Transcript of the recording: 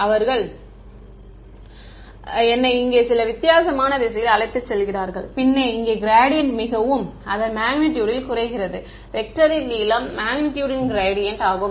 மாணவர் அவர்கள் என்னை இங்கே சில வித்தியாசமான திசையில் அழைத்துச் செல்கிறார்கள் பின்னர் இங்கே க்ராடியன்ட் மிகவும் அதன் மேக்னிட்டுடில் குறைகிறது வெக்டரின் நீளம் மேக்னிட்டுடின் க்ராடியன்ட் ஆகும்